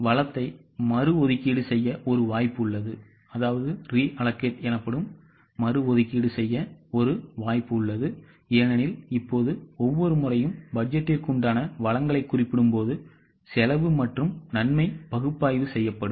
வளத்தை மறு ஒதுக்கீடு செய்ய ஒரு வாய்ப்பு உள்ளது ஏனெனில் இப்போது ஒவ்வொரு முறையும் பட்ஜெட்டிற்குண்டான வளங்களை குறிப்பிடும்போதுபோது செலவு மற்றும் நன்மை பகுப்பாய்வு செய்யப்படும்